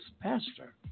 pastor